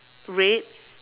red